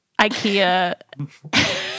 IKEA